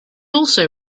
also